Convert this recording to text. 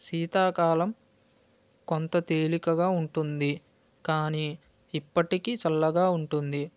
శీతాకాలం కొంత తేలికగా ఉంటుంది కానీ ఇప్పటికీ చల్లగా ఉంటుంది